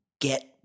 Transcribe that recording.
get